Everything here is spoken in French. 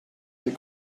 des